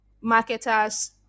marketers